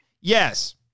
Yes